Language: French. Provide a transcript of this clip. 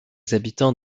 habitants